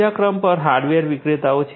બીજા ક્રમ પર હાર્ડવેર વિક્રેતાઓ છે